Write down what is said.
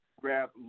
grab